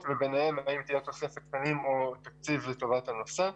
וביניהם האם תהיה תוספת תקנים או תקציב לטובת הנושא.